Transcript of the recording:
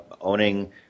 owning